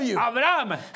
Abraham